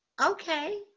Okay